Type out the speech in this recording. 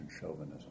chauvinism